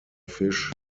fish